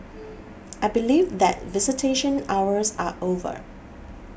I believe that visitation hours are over